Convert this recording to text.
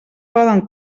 poden